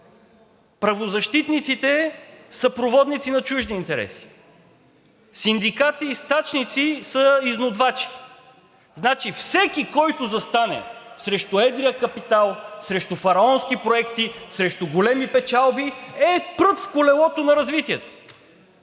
Правозащитниците са проводници на чужди интереси. Синдикати и стачници са изнудвачи. Значи, всеки, който застане срещу едрия капитал, срещу фараонски проекти, срещу големи печалби, е прът в колелото на развитието?!